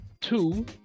two